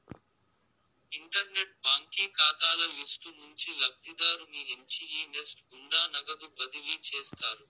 internet బాంకీ కాతాల list నుంచి లబ్ధిదారుని ఎంచి ఈ నెస్ట్ గుండా నగదు బదిలీ చేస్తారు